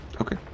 Okay